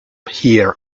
here